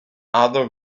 other